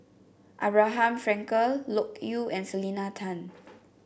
Abraham Frankel Loke Yew and Selena Tan